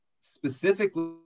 specifically